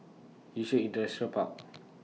Yishun Industrial Park